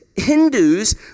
Hindus